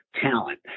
talent